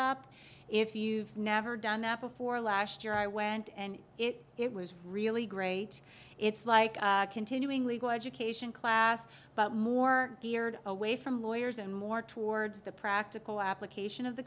up if you've never done that before last year i went and it was really great it's like continuing legal education class but more geared away from lawyers and more towards the practical application of the